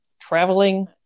traveling